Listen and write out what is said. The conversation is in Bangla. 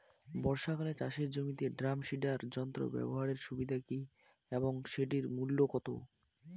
বর্ষাকালে চাষের জমিতে ড্রাম সিডার যন্ত্র ব্যবহারের সুবিধা কী এবং সেটির মূল্য কত?